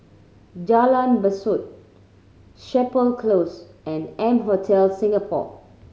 Jalan Besut Chapel Close and M Hotel Singapore